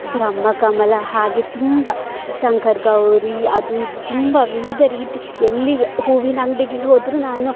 ಬ್ರಹ್ಮ ಕಮಲ ಹಾಗೇ ತುಂಬ ಶಂಕರ ಗೌರಿ ಅದು ಇದು ತುಂಬ ವಿವಿಧ ರೀತಿ ಎಲ್ಲಿ ಹೂವಿನಂಗಡಿಗೆ ಹೋದರೂ ನಾನು